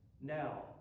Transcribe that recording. now